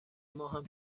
ماهم